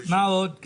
מה עוד?